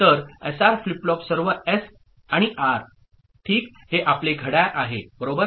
तर SR flip flop सर्व S आणि आर ठीक हे आपले घड्याळ आहे बरोबर